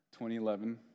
2011